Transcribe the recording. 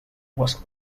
was